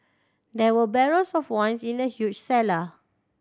there were barrels of wine in the huge cellar